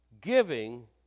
Giving